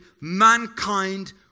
mankind